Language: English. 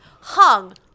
hung